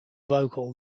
vocal